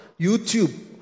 YouTube